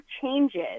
changes